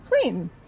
clean